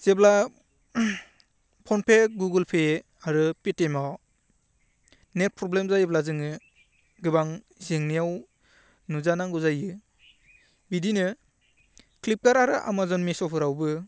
जेब्ला PhonePe Google pay आरो पेटिएमाव नेट प्रब्लेम जायोब्ला जोङो गोबां जेंनायाव नुजानांगौ जायो बिदिनो फ्लिपकार्ट आरो एमाजन मिश'फोरावबो